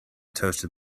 toasted